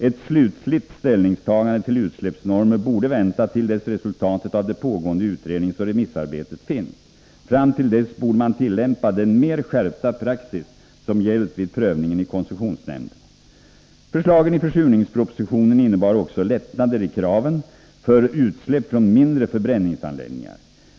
Ett slutligt ställningstagande till utsläppsnormer borde vänta till dess resultatet av det pågående utredningsoch remissarbetet finns. Fram till dess borde man tillämpa den mer skärpta praxis som gällt vid prövning i koncessionsnämnden. Förslagen i försurningspropositionen innebar också lättnader i kraven för utsläpp från mindre förbränningsanläggningar.